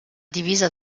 divisa